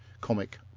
comic